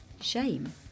Shame